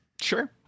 Sure